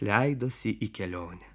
leidosi į kelionę